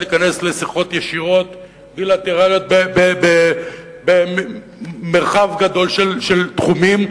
להיכנס לשיחות ישירות בילטרליות במרחב גדול של תחומים,